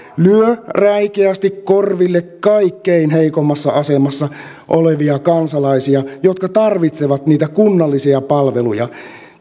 lyö räikeästi korville kaikkein heikoimmassa asemassa olevia kansalaisia jotka tarvitsevat niitä kunnallisia palveluja